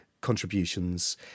contributions